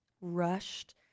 rushed